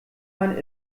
man